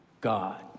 God